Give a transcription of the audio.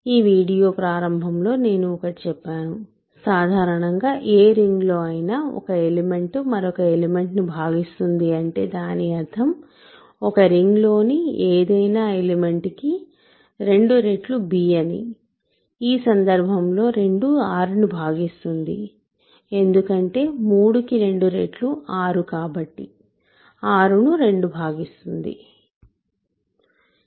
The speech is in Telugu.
ఈ వీడియో ప్రారంభంలోనేను ఒకటి చెప్పాను సాధారణంగా ఏ రింగ్లోనైనా ఒక ఎలిమెంట్ మరొక ఎలిమెంట్ ను భాగిస్తుంది అంటే దాని అర్థం ఒక రింగ్ లోని ఏదైనా ఎలిమెంట్ కి 2 రెట్లు b అని ఈ సందర్భంలో 2 6 ను భాగిస్తుంది ఎందుకంటే 3 కి 2 రెట్లు 6 కాబట్టి 6 ను 2 భాగిస్తుంది